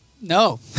No